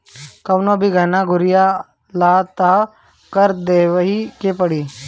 कवनो भी गहना गुरिया लअ तअ कर देवही के पड़ी